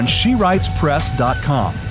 SheWritesPress.com